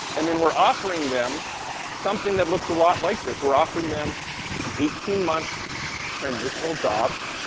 and then we're offering them something that looks a lot like this. we're offering them an eighteen month transitional job,